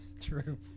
True